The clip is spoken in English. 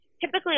typically